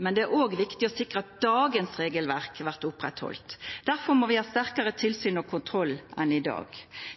men det er òg viktig å sikra at dagens regelverk blir oppretthalde. Difor må vi ha sterkare tilsyn og kontroll enn i dag.